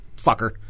fucker